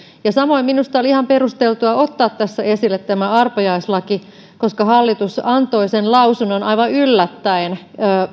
samoin minusta oli ihan perusteltua ottaa tässä esille arpajaislaki koska hallitus antoi sen lausunnon aivan yllättäen